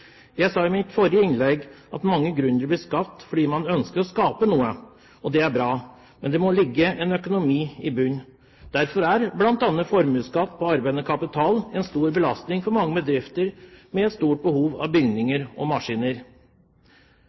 Jeg sa i mitt forrige innlegg at mange blir gründere fordi de ønsker å skape noe. Det er bra, men det må ligge en økonomi i bunnen. Derfor er bl.a. formuesskatt på arbeidende kapital en stor belastning for mange bedrifter med et stort behov for bygninger og maskiner.